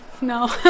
no